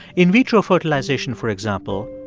in vitro fertilization, for example,